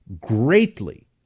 greatly